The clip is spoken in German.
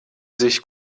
sich